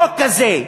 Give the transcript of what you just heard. חוק כזה,